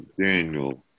Daniel